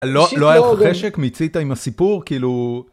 לא היה לך חשק מציתה עם הסיפור כאילו.